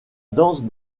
danse